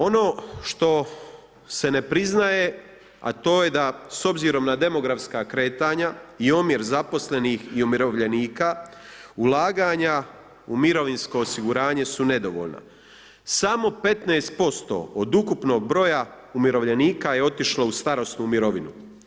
Ono što se ne priznaje a to je da s obzirom na demografska kretanja i omjer zaposlenih i umirovljenika ulaganja u mirovinsko osiguranje su nedovoljna, samo 15% od ukupnog broja umirovljenika je otišlo u starosnu mirovinu.